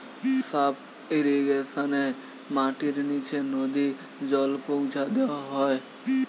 sub ইর্রিগেশনে মাটির নিচে নদী জল পৌঁছা দেওয়া হয়